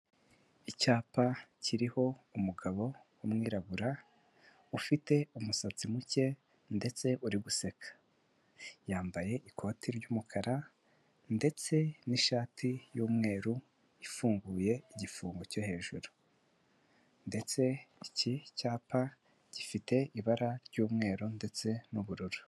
Icyapa kiriho umugabo w'ummwirabura, ufite umusatsi muke ndetse uri guseka, yambaye ikoti ry'umukara ndetse n'ishati y'umweru ifunguye igifungo cyo hejuru ndetse iki cyapa gifite ibara ry'umweru ndetse n'ubururu.